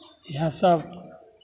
इएहसभ